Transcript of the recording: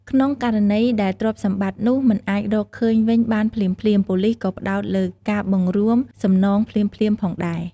ក្នុងករណីដែលទ្រព្យសម្បត្តិនោះមិនអាចរកឃើញវិញបានភ្លាមៗ ប៉ូលិសក៏ផ្តោតលើ ការបង្រួមសំណងភ្លាមៗ ផងដែរ។